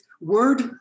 word